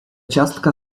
ciastka